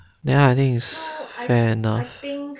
I think it's fair enough